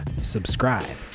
subscribe